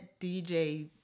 DJ